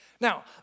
Now